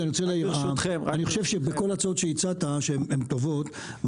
ההצעות שהצעת הן טובות,